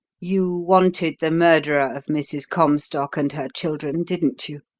you wanted the murderer of mrs. comstock and her children, didn't you?